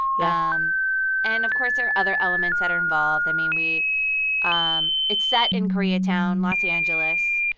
yeah um and, of course, there are other elements that are involved. i mean, we um it's set in koreatown, los angeles,